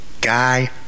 Guy